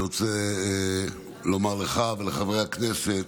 אני רוצה לומר לך ולחברי הכנסת: